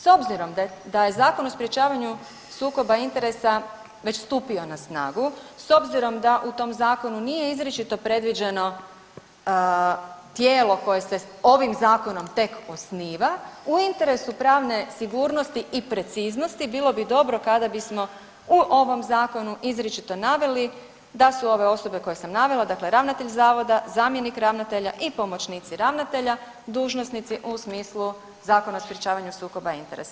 S obzirom da je Zakon o sprječavanju sukoba interesa već stupio na snagu, s obzirom da u tom zakonu nije izričito predviđeno tijelo koje se ovim zakonom tek osniva u interesu pravne sigurnosti i preciznosti bilo bi dobro kada bismo u ovom zakonu izričito naveli da su ove osobe koje sam navela, dakle ravnatelj zavoda, zamjenik ravnatelja i pomoćnici ravnatelja dužnosnici u smislu Zakona o sprječavanju sukoba interesa.